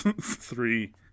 three